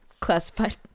classified